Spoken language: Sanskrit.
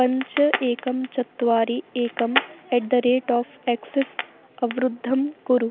पञ्च एकं चत्वारि एकम् at the rate of Axis अवरुद्धं कुरु